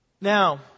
Now